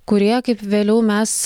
kurie kaip vėliau mes